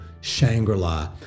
Shangri-La